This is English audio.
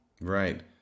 Right